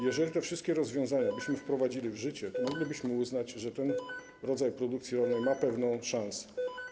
Jeżeli te wszystkie rozwiązania byśmy wprowadzili w życie, to moglibyśmy uznać, że ten rodzaj produkcji rolnej ma pewną szansę.